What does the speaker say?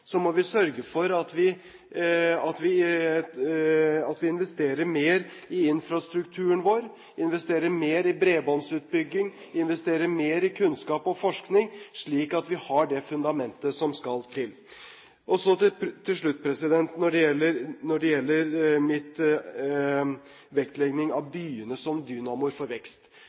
må vi sørge for at vi investerer mer i infrastrukturen vår, investerer mer i bredbåndsutbygging og investerer mer i kunnskap og forskning, slik at vi har det fundamentet som skal til. Så til slutt: Når det gjelder min vektlegging av byene som dynamoer for vekst,